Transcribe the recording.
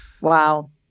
Wow